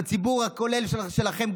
בציבור הכולל שלכם,